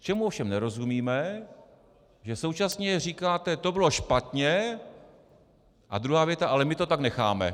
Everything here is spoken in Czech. Čemu ovšem nerozumíme, že současně říkáte: to bylo špatně a druhá věta: ale my to tak necháme.